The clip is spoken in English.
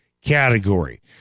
category